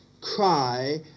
cry